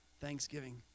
Thanksgiving